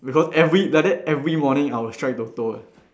because every like that every morning I will strike Toto eh